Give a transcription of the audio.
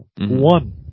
one